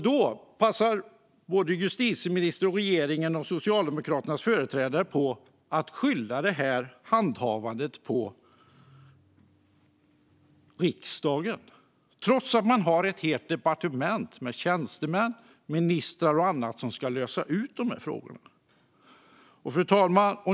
Då passar justitieministern, regeringen och Socialdemokraternas företrädare på att skylla detta handhavande på riksdagen, trots att man har ett helt departement med tjänstemän, ministrar och annat som ska lösa de här frågorna. Fru talman!